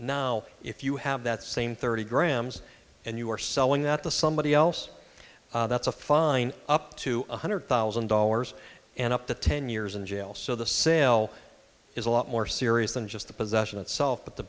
now if you have that same thirty grams and you are selling that the somebody else that's a fine up to one hundred thousand dollars and up to ten years in jail so the sale is a lot more serious than just the possession itself but the